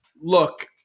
Look